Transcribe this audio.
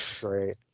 Great